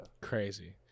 crazy